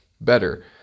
better